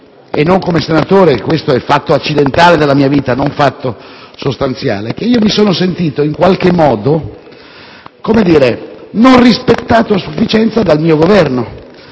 e non come senatore (questo è fatto accidentale della mia vita e non sostanziale) che mi sono sentito in qualche modo non rispettato a sufficienza dal mio Governo,